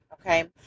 okay